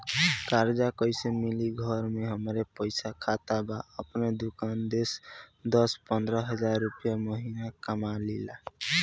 कर्जा कैसे मिली घर में हमरे पास खाता बा आपन दुकानसे दस पंद्रह हज़ार रुपया महीना कमा लीला?